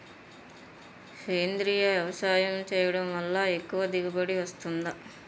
సేంద్రీయ వ్యవసాయం చేయడం వల్ల ఎక్కువ దిగుబడి వస్తుందా?